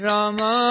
Rama